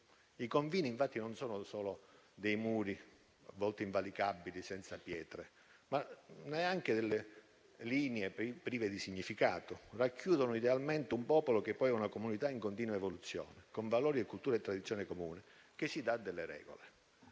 I confini non sono solo muri, a volte invalicabili, senza pietre, ma neanche linee prive di significato: racchiudono idealmente un popolo, che poi è una comunità in continua evoluzione, con valori, culture e tradizioni comuni, che si dà delle regole.